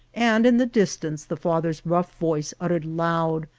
and in the distance the father's rough voice uttered loud,